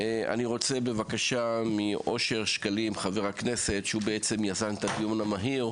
אני רוצה בבקשה מחבר הכנסת אושר שקלים שהוא בעצם יזם את הדיון המהיר,